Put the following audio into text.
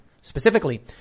specifically